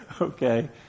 Okay